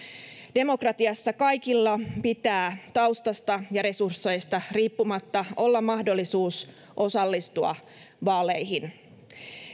demokratiassa kaikilla pitää taustasta ja resursseista riippumatta olla mahdollisuus osallistua vaaleihin